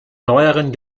neueren